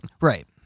Right